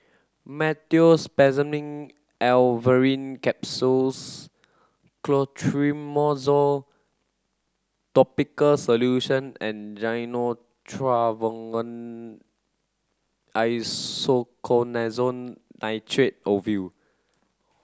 Meteospasmyl Alverine Capsules Clotrimozole Topical Solution and Gyno Travogen Isoconazole Nitrate Ovule